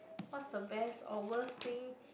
what's the best or worst thing